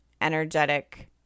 energetic